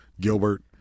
Gilbert